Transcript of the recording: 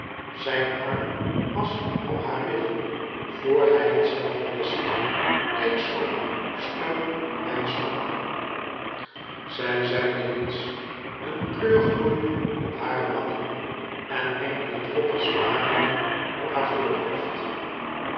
zijn arm was om haar middel voor hij het zelve wist kijk zoo steun op mijn stok z j zeide niets een kleur gloeide op hare wangen en enkele droppels parelden op haar voorhoofd